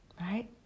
right